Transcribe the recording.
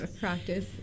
practice